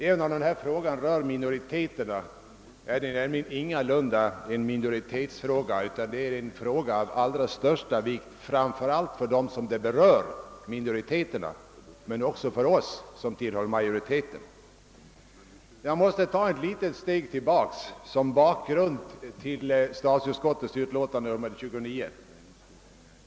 Även om detta spörsmål rör minoriteterna är det därmed ingalunda en liten fråga utan en fråga av allra största vikt inte bara — men naturligtvis framför allt — för dem den berör, minoriteterna, utan också för oss som tillhör majoriteten. Jag måste ta ett litet steg tillbaka för att ge en bakgrund till detta utlåtande.